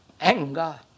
anger